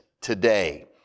today